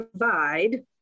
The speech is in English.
provide